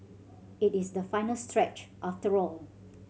it is the final stretch after all